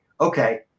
okay